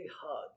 hug